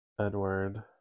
Edward